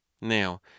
now